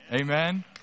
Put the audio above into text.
Amen